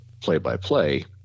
play-by-play